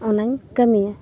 ᱚᱱᱟᱧ ᱠᱟᱹᱢᱤᱭᱟ